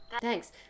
thanks